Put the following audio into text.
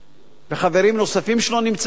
וחברים נוספים שלא נמצאים כאן,